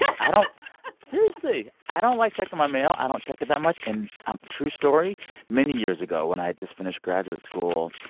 i don't seriously. i don't like checking my mail. i don't check it that much. and i'm true story many years ago, when i had just finished graduate school,